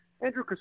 Andrew